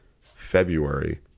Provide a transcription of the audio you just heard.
February